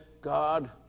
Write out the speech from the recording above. God